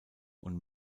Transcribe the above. und